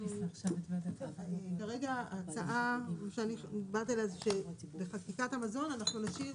כרגע ההצעה שדיברת עליה אומרת שבחקיקת המזון נשאיר